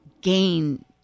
gain